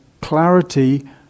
Clarity